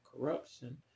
Corruption